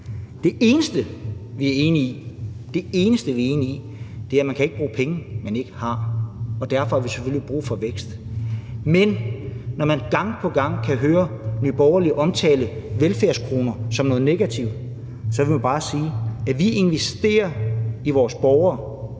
Det eneste, vi er enige i – det eneste – er, at man ikke kan bruge penge, man ikke har, og derfor har vi selvfølgelig brug for vækst. Men når man gang på gang kan høre Nye Borgerlige omtale velfærdskroner som noget negativt, må jeg bare sige, at vi investerer i vores borgere,